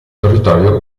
territorio